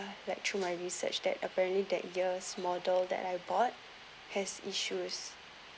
like through my research that apparently that year's model that I bought has issues